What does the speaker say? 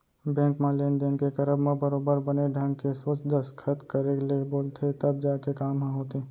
bank म लेन देन के करब म बरोबर बने ढंग के सोझ दस्खत करे ले बोलथे तब जाके काम ह होथे